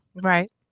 Right